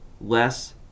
less